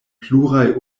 pluraj